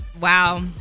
wow